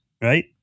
Right